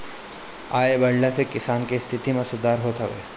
आय बढ़ला से किसान के स्थिति में सुधार होत हवे